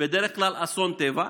בדרך כלל אסון טבע,